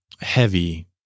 heavy